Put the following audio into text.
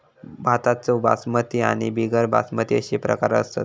भाताचे बासमती आणि बिगर बासमती अशे प्रकार असत